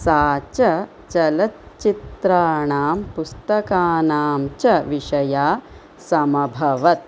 सा च चलच्चित्राणां पुस्तकानां च विषया समभवत्